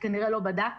שכנראה לא בדק,